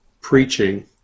preaching